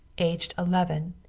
aged eleven,